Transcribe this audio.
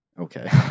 okay